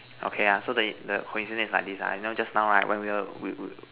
okay ah so the the coincidence is like this ah you know just now right when we were we we